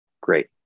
Great